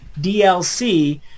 DLC